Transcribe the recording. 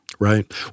Right